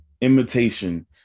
imitation